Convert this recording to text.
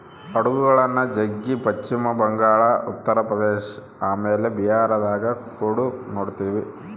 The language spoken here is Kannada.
ಆಡುಗಳ್ನ ಜಗ್ಗಿ ಪಶ್ಚಿಮ ಬಂಗಾಳ, ಉತ್ತರ ಪ್ರದೇಶ ಆಮೇಲೆ ಬಿಹಾರದಗ ಕುಡ ನೊಡ್ತಿವಿ